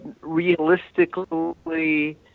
realistically